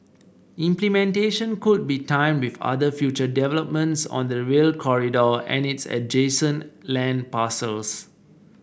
implementation could be timed with other future developments on the Rail Corridor and its adjacent land parcels